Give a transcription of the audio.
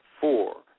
four